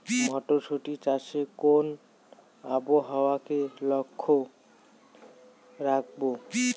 মটরশুটি চাষে কোন আবহাওয়াকে লক্ষ্য রাখবো?